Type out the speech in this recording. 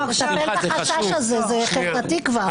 --- את החשש הזה, זה כבר חרדתי.